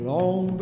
Long